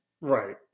Right